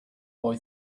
boy